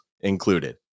included